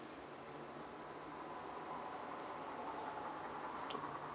K